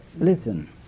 listen